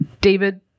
David